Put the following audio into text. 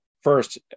first